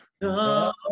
Come